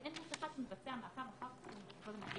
שאין גוף אחד שמבצע מעקב אחר הקנסות המנהליים.